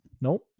Nope